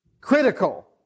critical